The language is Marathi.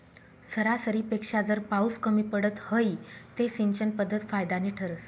सरासरीपेक्षा जर पाउस कमी पडत व्हई ते सिंचन पध्दत फायदानी ठरस